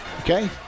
okay